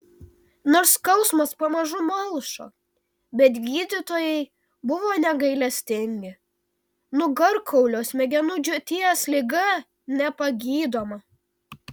nors skausmas pamažu malšo bet gydytojai buvo negailestingi nugarkaulio smegenų džiūties liga nepagydoma